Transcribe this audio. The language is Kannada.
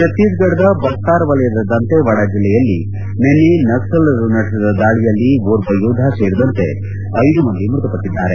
ಛತ್ತೀಸ್ಗಢದ ಬಸ್ತಾರ್ ವಲಯದ ದಂತೇವಾಡ ಜಿಲ್ಲೆಯಲ್ಲಿ ನಿನ್ನೆ ನಕ್ವಲರು ನಡೆಸಿದ ದಾಳಿಯಲ್ಲಿ ಓರ್ವ ಯೋಧ ಸೇರಿದಂತೆ ಐದು ಮಂದಿ ಮೃತಪಟ್ಟಿದ್ದಾರೆ